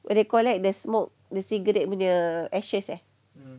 when they collect the smoke the cigarette punya ashes leh